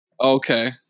Okay